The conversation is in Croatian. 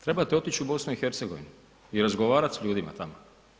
Trebate otić u BiH i razgovarat s ljudima tamo.